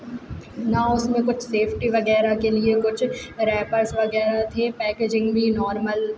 ना उसमें कुछ सेफ़्टी वगैरह के लिए कुछ रैपर्ज़ वगैरह थे पैकेजिंग भी नॉर्मल